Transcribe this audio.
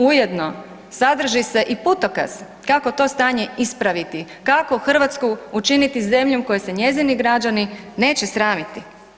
Ujedno sadrži se i putokaz kako to stanje ispraviti, kako Hrvatsku učiniti zemljom koje se njezini građani neće sramiti?